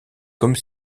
comme